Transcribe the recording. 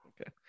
Okay